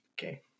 okay